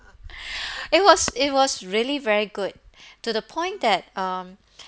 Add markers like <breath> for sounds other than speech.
<breath> it was it was really very good to the point that um